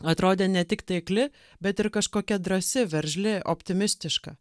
atrodė ne tik taikli bet ir kažkokia drąsi veržli optimistiška